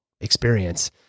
experience